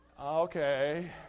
Okay